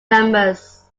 numbers